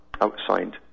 outside